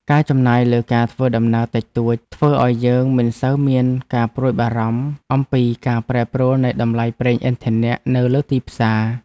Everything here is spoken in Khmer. ការចំណាយលើការធ្វើដំណើរតិចតួច ធ្វើឱ្យយើងមិនសូវមានការព្រួយបារម្ភអំពីការប្រែប្រួលនៃតម្លៃប្រេងឥន្ធនៈនៅលើទីផ្សារ។